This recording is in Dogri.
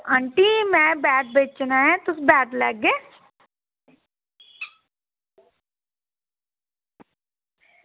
आंटी में बैट बेचना ऐ तुस बैट लैगे ओ